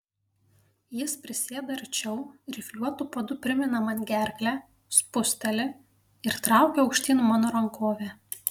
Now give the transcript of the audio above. jis prisėda arčiau rifliuotu padu primina man gerklę spūsteli ir traukia aukštyn mano rankovę